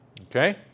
Okay